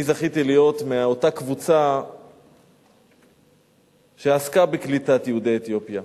אני זכיתי להיות מאותה קבוצה שעסקה בקליטת יהודי אתיופיה